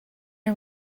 are